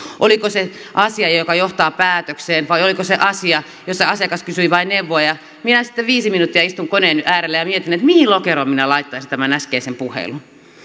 oliko se asia joka johtaa päätökseen vai oliko se asia jossa asiakas kysyi vain neuvoa ja minä sitten viisi minuuttia istun koneen äärellä ja mietin mihin lokeroon minä laittaisin tämän äskeisen puhelun